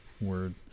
Word